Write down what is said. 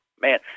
man